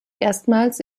erstmals